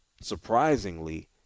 Surprisingly